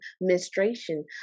menstruation